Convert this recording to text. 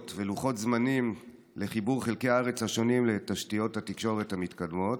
ולוחות זמנים לחיבור חלקי הארץ השונים לתשתיות התקשורת המתקדמות,